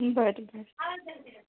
बरं बरं